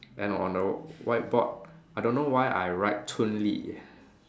and on the whiteboard I don't know why I write Chun Lee ya